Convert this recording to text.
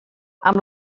amb